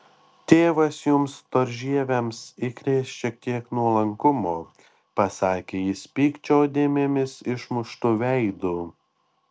tėvas jums storžieviams įkrės šiek tiek nuolankumo pasakė jis pykčio dėmėmis išmuštu veidu